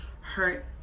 hurt